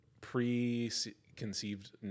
preconceived